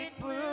blue